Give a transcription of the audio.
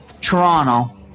Toronto